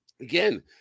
Again